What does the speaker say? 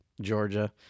Georgia